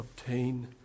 obtain